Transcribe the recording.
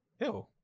Ew